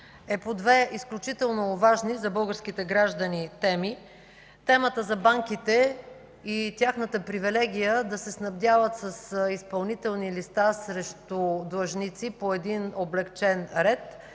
е по две изключително важни за българските граждани теми – темата за банките и тяхната привилегия да се снабдяват с изпълнителни листи срещу длъжници по един облекчен ред,